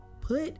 put